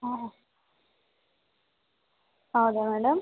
ಹಾಂ ಹೌದಾ ಮೇಡಮ್